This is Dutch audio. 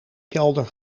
kelder